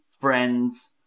friends